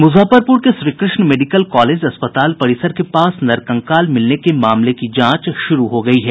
मुजफ्फरपुर के Shrikrishna medical college अस्पताल परिसर के पास नरकंकाल मिलने के मामले की जांच शुरू हो गयी है